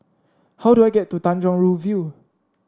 how do I get to Tanjong Rhu View